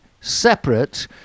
...separate